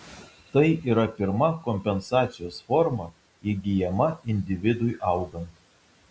tai yra pirma kompensacijos forma įgyjama individui augant